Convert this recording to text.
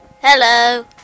Hello